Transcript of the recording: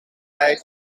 hij